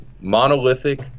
monolithic